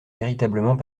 véritablement